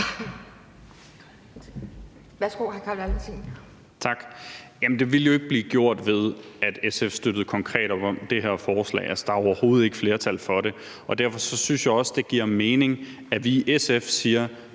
det ville jo ikke blive gjort, ved at SF konkret støttede op om det her forslag. Altså, der er overhovedet ikke flertal for det. Derfor synes jeg også, det giver mening, at vi i SF siger,